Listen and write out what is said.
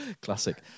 classic